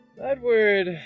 Edward